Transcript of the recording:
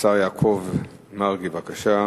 השר יעקב מרגי, בבקשה.